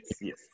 yes